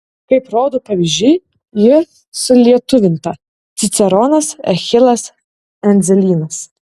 kaip rodo pavyzdžiai ji sulietuvinta ciceronas eschilas endzelynas